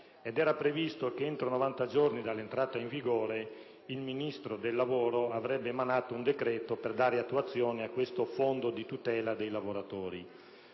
ed era previsto che, entro 90 giorni dall'entrata in vigore, il Ministro del lavoro avrebbe emanato un decreto per dare attuazione a questo fondo a tutela dei lavoratori.